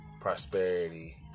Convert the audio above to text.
prosperity